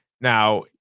Now